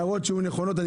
הערות שיהיו נכונות.